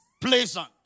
pleasant